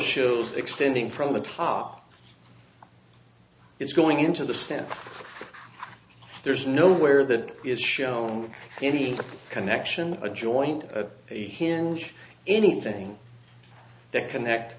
shows extending from the top it's going into the stand there's nowhere that is shown any connection a joint a hinge anything that connect